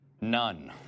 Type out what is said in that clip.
None